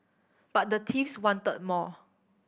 but the thieves wanted more